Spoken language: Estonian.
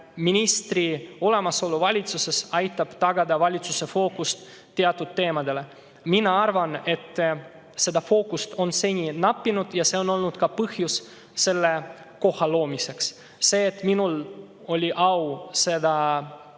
ministri olemasolu aitab tagada selle, et valitsus paneb fookuse teatud teemadele. Mina arvan, et seda fookust on seni nappinud. See on olnud ka põhjus selle koha loomiseks. See, et minul oli au see